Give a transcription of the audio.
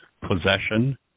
possession